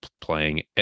playing